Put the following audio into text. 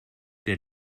der